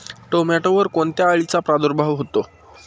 टोमॅटोवर कोणत्या अळीचा प्रादुर्भाव होतो?